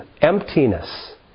emptiness